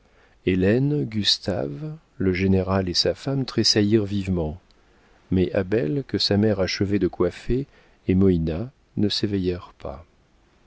hélène gustave le général et sa femme tressaillirent vivement mais abel que sa mère achevait de coiffer et moïna ne s'éveillèrent pas